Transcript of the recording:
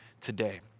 today